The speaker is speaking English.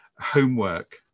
homework